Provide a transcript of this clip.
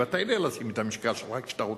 ואתה יודע לשים את המשקל שלך כשאתה רוצה.